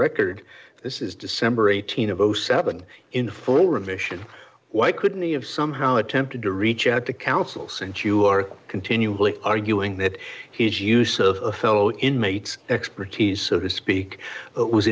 record this is december eighteen of seven in full remission why couldn't he have somehow attempted to reach out to counsel since you are continually arguing that his use of fellow inmates expertise so to speak